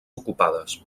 ocupades